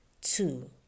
two